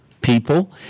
people